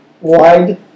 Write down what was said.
wide